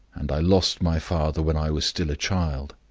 and i lost my father when i was still a child.